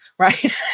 Right